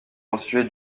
constituée